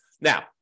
Now